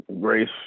Grace